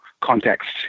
context